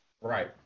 Right